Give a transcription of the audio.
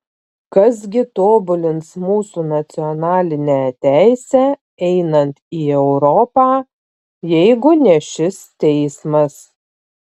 kas gi tobulins mūsų nacionalinę teisę einant į europą jeigu ne šis teismas